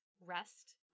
Rest